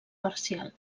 parcial